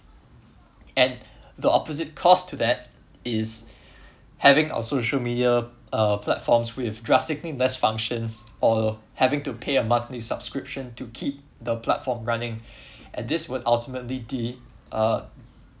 and the opposite cost to that is having our social media our platform with drastically less functions or having to pay a monthly subscription to keep the platform running and this would ultimately de~ uh